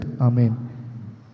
Amen